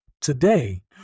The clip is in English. Today